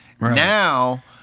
Now